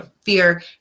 fear